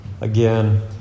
again